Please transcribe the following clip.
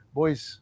boys